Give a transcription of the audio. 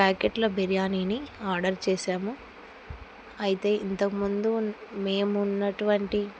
ప్యాకెట్ల బిర్యానీని ఆర్డర్ చేశాము అయితే ఇంతకుముందు మేమున్నటువంటి